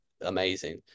amazing